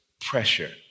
pressure